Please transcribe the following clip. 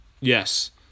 Yes